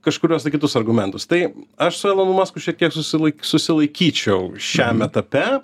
kažkuriuos kitus argumentus tai aš su elonu musku šiek tiek susilaik susilaikyčiau šiam etape